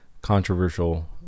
controversial